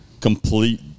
complete